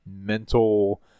mental